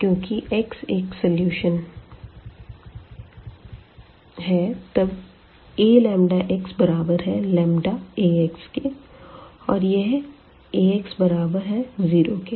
क्योंकि x एक solution है तब Aλx बराबर है λAx के और यह Ax बराबर है 0 के